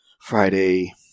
Friday